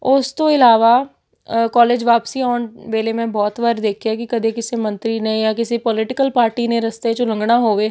ਉਸ ਤੋਂ ਇਲਾਵਾ ਕੋਲੇਜ ਵਾਪਸੀ ਆਉਣ ਵੇਲੇ ਮੈਂ ਬਹੁਤ ਵਾਰ ਦੇਖਿਆ ਕਿ ਕਦੇ ਕਿਸੇ ਮੰਤਰੀ ਨੇ ਜਾਂ ਕਿਸੇ ਪੋਲੀਟੀਕਲ ਪਾਰਟੀ ਨੇ ਰਸਤੇ 'ਚੋਂ ਲੰਘਣਾ ਹੋਵੇ